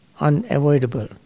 unavoidable